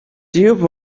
tube